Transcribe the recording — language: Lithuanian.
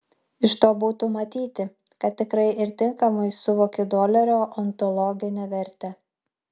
iš to būtų matyti kad tikrai ir tinkamai suvoki dolerio ontologinę vertę